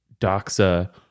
doxa